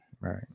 Right